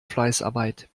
fleißarbeit